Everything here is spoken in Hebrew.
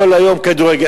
כדורגל, כל היום כדורגל.